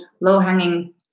low-hanging